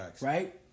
Right